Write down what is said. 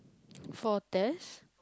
for test